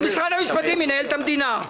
שמשרד המשפטים ינהל את המדינה...